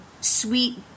sweet